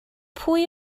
pwy